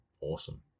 Awesome